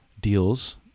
deals